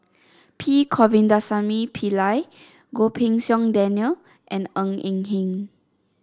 P Govindasamy Pillai Goh Pei Siong Daniel and Ng Eng Hen